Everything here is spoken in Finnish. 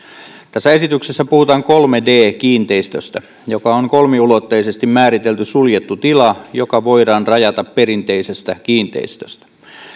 tässä esityksessä puhutaan kolme d kiinteistöstä joka on kolmiulotteisesti määritelty suljettu tila joka voidaan rajata perinteisestä kiinteistöstä